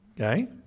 Okay